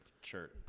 shirt